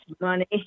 money